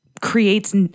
creates